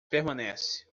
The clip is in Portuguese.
permanece